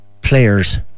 players